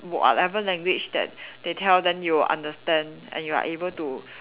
whatever language that they tell then you will understand and you are able to